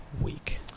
week